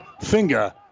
finger